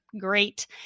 great